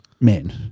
men